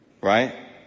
right